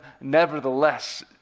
nevertheless